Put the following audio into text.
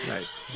Nice